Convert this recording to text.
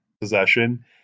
possession